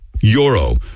euro